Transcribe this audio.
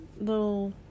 little